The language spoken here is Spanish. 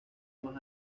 más